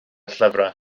llyfrau